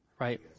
right